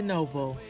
Noble